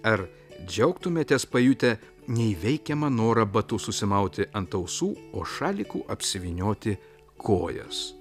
ar džiaugtumėtės pajutę neįveikiamą norą batus užsimauti ant ausų o šaliku apsivynioti kojas